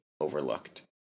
overlooked